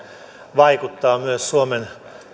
vaikuttaa myös suomen